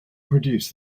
produce